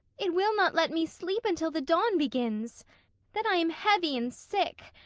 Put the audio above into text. it will not let me sleep until the dawn begins then i am heavy and sick.